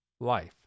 life